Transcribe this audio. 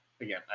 again